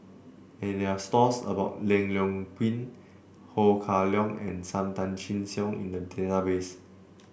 there stores about Leong Yoon Pin Ho Kah Leong and Sam Tan Chin Siong in the database